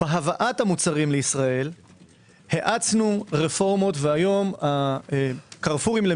בהבאת המוצרים לישראל האצנו רפורמות והיום הקרפורים מאוד